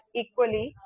equally